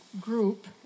group